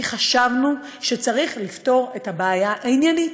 כי חשבנו שצריך לפתור את הבעיה עניינית.